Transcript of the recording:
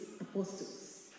apostles